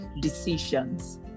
decisions